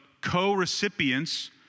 co-recipients